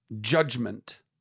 judgment